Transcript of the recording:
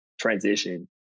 transition